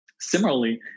similarly